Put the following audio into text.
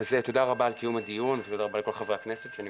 תודה רבה על קיום הדיון ותודה רבה לכל חברי הכנסת שנמצאים.